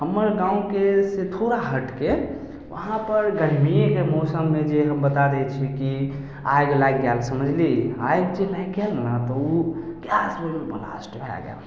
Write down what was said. हम्मर गाँवके से थोड़ा हटिके वहाँ पर गर्मीएके मौसममे जे हम बता दै छी कि आगि लागि गेल समझली आगि जे लागि गेल ने तऽ ओ गैस बलामे धरा गेल